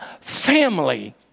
family